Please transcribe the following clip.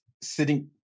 sitting